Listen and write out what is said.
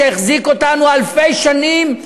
שהחזיקה אותנו אלפי שנים,